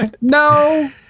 no